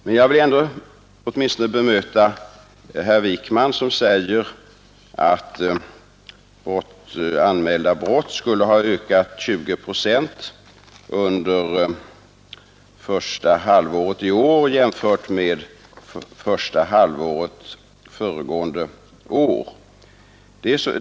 Men jag vill ändå åtminstone bemöta herr Wijkman, som säger att antalet anmälda brott skulle ha ökat med 20 procent under första halvåret i år jämfört med första halvåret föregående år.